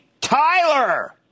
Tyler